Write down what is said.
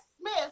Smith